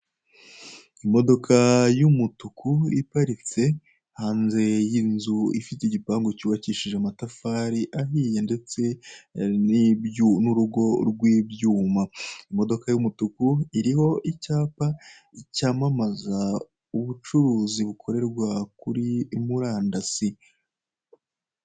Imodoka y'umutuku iparitse hanze y'inzu ifite igipangu cyubakishije amatafari ahiye ndetse n'urugo rw'ibyuma, imodoka y'umutuku iriho icyapa cyamamaza ubucuruzi bukorerwa kuri murandasi.